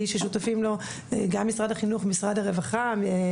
ששותפים לו גם משרד החינוך ומשרד הרווחה,